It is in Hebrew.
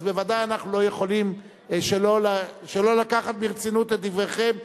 אז בוודאי אנחנו לא יכולים שלא לקחת ברצינות את דבריכם,